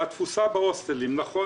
התפוסה בהוסטלים היא של כ-